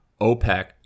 OPEC